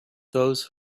those